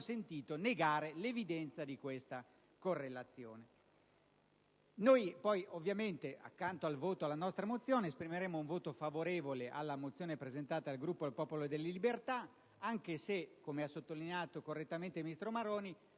sentito negare l'evidenza di tale correlazione. Ovviamente, accanto al voto favorevole alla nostra mozione, ne esprimeremo un altro favorevole alla mozione presentata dal Gruppo del Popolo delle libertà, anche se - come ha sottolineato correttamente il ministro Maroni